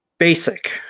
Basic